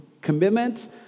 commitment